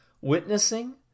witnessing